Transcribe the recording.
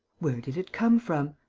where did it come from?